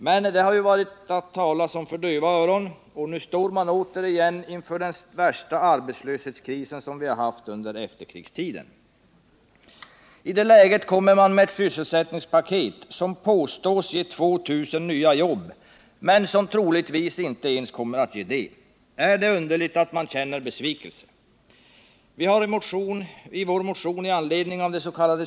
Men det har varit som att tala för döva öron, och nu står man återigen inför den värsta arbetslöshetskrisen som vi har haft under hela efterkrigstiden. I det läget kommer regeringen med ett sysselsättningspaket som påstås ge 2000 nya jobb, men som troligtvis inte kommer att ge ens det. Är det underligt att man känner besvikelse? Vi har i vår motion, i anledning av dets.k.